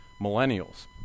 millennials